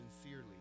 sincerely